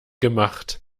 gemacht